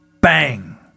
Bang